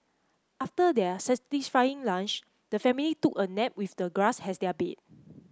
after their satisfying lunch the family took a nap with the grass as their bed